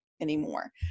anymore